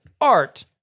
art